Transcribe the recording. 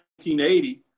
1980